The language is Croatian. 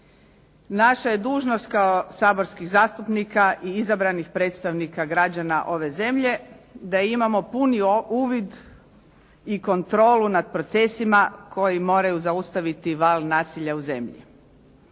Naša je dužnost kao saborskih zastupnika i izabranih predstavnika građana ove zemlje da imamo puni uvid i kontrolu nad procesima koji moraju zaustaviti val nasilja u zemlji.